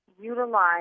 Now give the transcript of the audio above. utilize